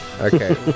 Okay